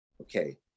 Okay